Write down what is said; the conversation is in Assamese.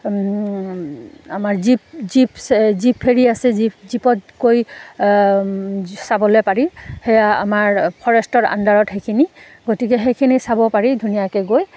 আমাৰ জীপ জীপ জীপ হেৰি আছে জীপ জীপতকৈ চাবলৈ পাৰি সেয়া আমাৰ ফৰেষ্টৰ আণ্ডাৰত সেইখিনি গতিকে সেইখিনি চাব পাৰি ধুনীয়াকৈ গৈ